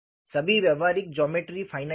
सभी व्यावहारिक geometry finite हैं